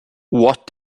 what